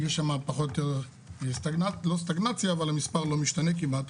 המספר לא משתנה כמעט.